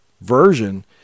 version